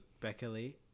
Beckley